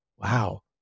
Wow